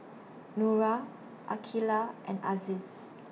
Nura Aqilah and Aziz